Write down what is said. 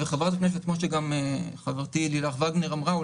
כפי שחברתי לילך וגנר אמרה,